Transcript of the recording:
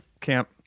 camp